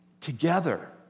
Together